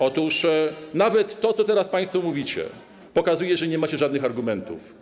Otóż nawet to, co teraz państwo mówicie, pokazuje, że nie macie żadnych argumentów.